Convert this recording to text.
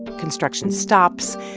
construction stops,